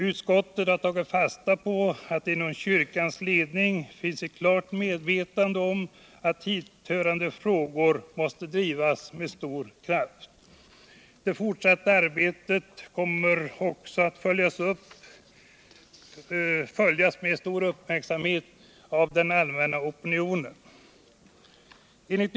Utskottet har tagit fasta på att det inom kyrkans ledning finns ett klart medvetande om att hithörande frågor måste drivas med stor kraft. Det fortsatta arbetet kommer också att följas med stor uppmärksamhet av den allmänna opinionen.